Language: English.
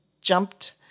jumped